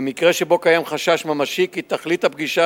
במקרה שבו קיים חשש ממשי כי תכלית הפגישה